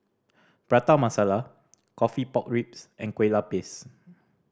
Prata Masala coffee pork ribs and kue lupis